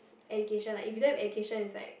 education like if you don't have education it's like